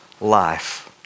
life